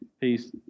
peace